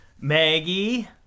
Maggie